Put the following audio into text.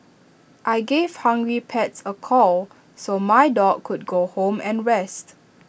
I gave hungry pets A call so my dog could go home and rest